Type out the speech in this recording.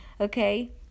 okay